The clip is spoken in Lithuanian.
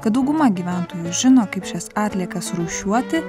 kad dauguma gyventojų žino kaip šias atliekas rūšiuoti